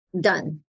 done